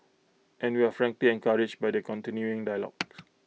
and we're frankly encouraged by the continuing dialogue